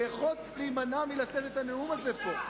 הרי יכולת להימנע מלתת את הנאום הזה פה.